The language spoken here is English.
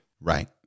Right